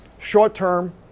short-term